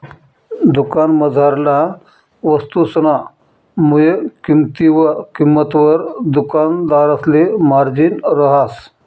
दुकानमझारला वस्तुसना मुय किंमतवर दुकानदारसले मार्जिन रहास